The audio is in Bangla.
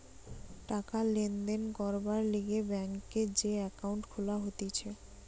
টাকা লেনদেন করবার লিগে ব্যাংকে যে একাউন্ট খুলা হতিছে